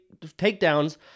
takedowns